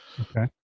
Okay